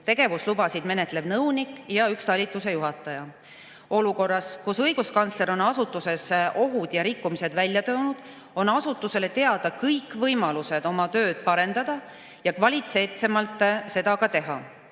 tegevuslubasid menetlev nõunik ja talituse juhataja. Olukorras, kus õiguskantsler on asutuses ohud ja rikkumised välja toonud, on asutusele teada kõik võimalused oma tööd parendada ja seda kvaliteetsemalt teha.